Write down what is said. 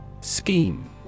Scheme